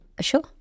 Sure